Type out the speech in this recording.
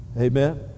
Amen